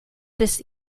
this